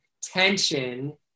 tension